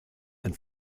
ein